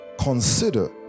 consider